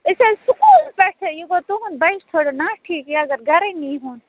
أسۍ حظ چھِ سکوٗل پٮ۪ٹھےَ یہِ گوٚو تُہُنٛد بَچہِ تھوڑا نا ٹھیٖک یہِ اگر گَرَے نیٖہوٗن